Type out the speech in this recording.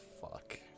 fuck